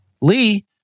Lee